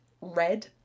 red